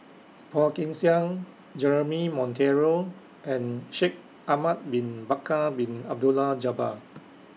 Phua Kin Siang Jeremy Monteiro and Shaikh Ahmad Bin Bakar Bin Abdullah Jabbar